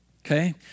Okay